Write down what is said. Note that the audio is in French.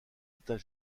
états